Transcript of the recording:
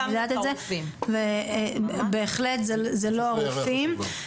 אני יודעת את זה ובהחלט זה לא הרופאים.